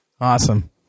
Awesome